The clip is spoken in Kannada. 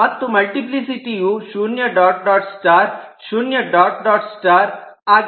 ಮತ್ತು ಮುಲ್ಟಿಪ್ಲಿಸಿಟಿಯು ಶೂನ್ಯ ಡಾಟ್ ಡಾಟ್ ಸ್ಟಾರ್ ಶೂನ್ಯ ಡಾಟ್ ಡಾಟ್ ಸ್ಟಾರ್ ಆಗಿದೆ